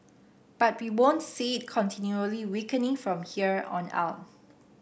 but we won't see it continually weakening from here on out